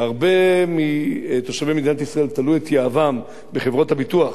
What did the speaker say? הרבה מתושבי מדינת ישראל השליכו את יהבם על חברות הביטוח,